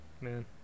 man